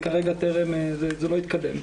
זה לא התקדם,